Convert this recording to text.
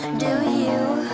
and do you